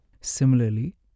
Similarly